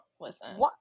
listen